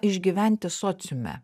išgyventi sociume